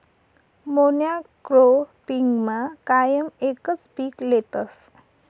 मोनॉक्रोपिगमा कायम एकच पीक लेतस